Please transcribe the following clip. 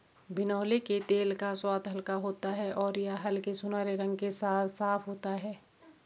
बिनौले के तेल का स्वाद हल्का होता है और यह हल्के सुनहरे रंग के साथ साफ होता है